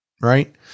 Right